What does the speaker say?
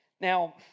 Now